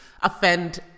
offend